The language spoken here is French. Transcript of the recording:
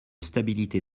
stabilité